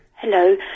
Hello